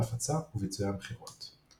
ההפצה וביצועי המכירות.